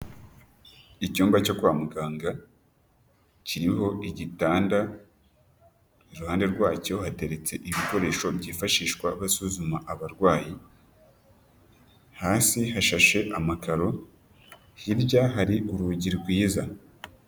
Icyumba cyo kwa muganga kiriho igitanda, iruhande rwacyo hateretse ibikoresho byifashishwa basuzuma abarwayi, hasi hashashe amakaro, hirya hari urugi rwiza,